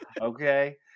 okay